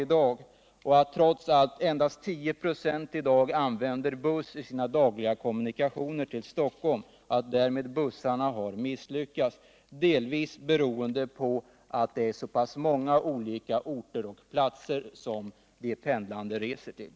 Trots allt använder i dag endast 10 96 av passagerarna buss vid sina dagliga kommunikationer med Stockholm. Att busstrafiken misslyckats är delvis beroende på att det är så många olika orter och hållplatser som de pendlande reser till.